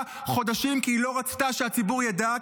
חודשים כי היא לא רצתה שהציבור ידע,